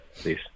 please